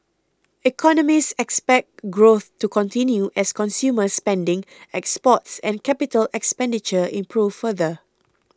economists expect growth to continue as consumer spending exports and capital expenditure improve further